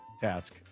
task